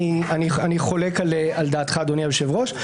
אני חולק על דעתך, אדוני היושב-ראש.